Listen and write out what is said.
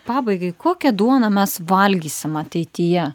pabaigai kokią duoną mes valgysim ateityje